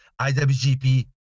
IWGP